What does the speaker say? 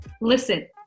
listen